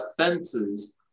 fences